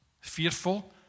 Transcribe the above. fearful